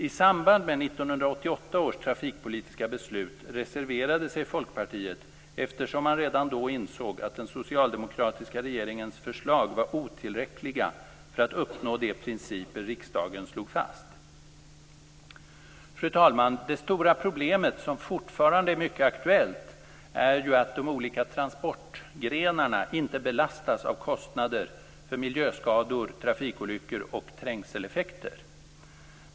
I samband med 1988 års trafikpolitiska beslut reserverade sig Folkpartiet, eftersom man redan då insåg att den socialdemokratiska regeringens förslag var otillräckliga för att uppnå de principer riksdagen slagit fast. Fru talman! Det stora problemet, som fortfarande är mycket aktuellt, är att de olika transportgrenarna inte belastas av kostnader för miljöskador, trafikolyckor och trängseleffekter.